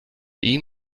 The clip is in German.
ihn